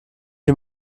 ihm